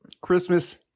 christmas